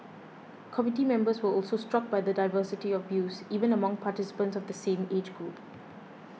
committee members were also struck by the diversity of views even among participants of the same age group